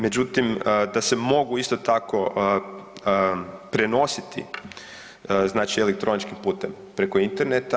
Međutim, da se mogu isto tako prenositi, znači elektroničkim putem preko interneta.